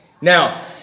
Now